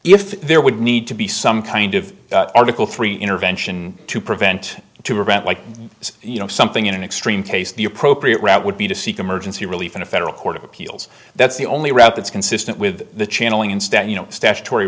if there would need to be some kind of article three intervention to prevent to prevent like you know something in an extreme case the appropriate route would be to seek emergency relief in a federal court of appeals that's the only route that's consistent with the